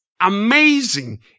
amazing